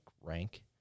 rank